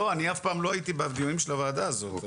לא, אני אף פעם לא הייתי בדיונים של הוועדה הזאת.